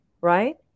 right